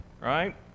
right